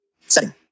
Setting